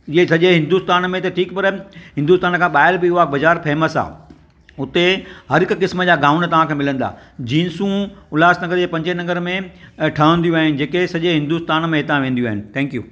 इहे सॼे हिंदुस्तान में त ठीक पर हिंदुस्तान खां ॿाहिरि बि उहा बाज़ारि फ़ेमस आहे हुते हर हिकु क़िस्म जा गाउन तव्हांखे मिलंदा जीन्सूं उल्हासनगर जे पंजे नंबर में ठहंदियूं आहिनि जेके सॼे हिंदुस्तान में हितां वेंदियूं आहिनि थैंक यू